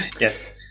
Yes